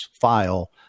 file